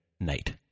night